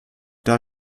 der